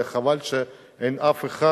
וחבל שאין אף אחד